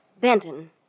Benton